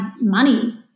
money